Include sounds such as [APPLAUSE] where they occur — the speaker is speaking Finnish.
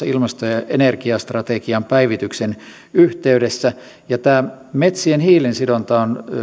[UNINTELLIGIBLE] ilmasto ja energiastrategian päivityksen yhteydessä ja tämä metsien hiilensidonta on